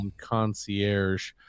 concierge